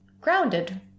grounded